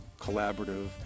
collaborative